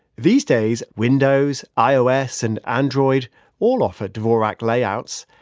these days, windows, ios and android all offer dvorak layouts.